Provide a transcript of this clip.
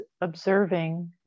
observing